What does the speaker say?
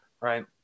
right